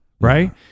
right